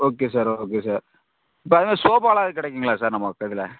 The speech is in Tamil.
ஓகே சார் ஓகே சார் இப்போ இந்த சோஃபாலாம் எதுவும் கிடைக்குங்களா சார் நம்ம கடையில